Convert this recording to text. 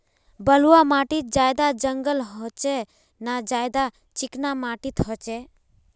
बलवाह माटित ज्यादा जंगल होचे ने ज्यादा चिकना माटित होचए?